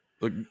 Look